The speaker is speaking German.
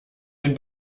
den